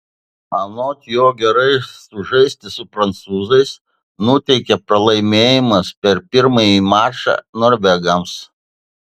anot jo gerai sužaisti su prancūzais nuteikė pralaimėjimas per pirmąjį mačą norvegams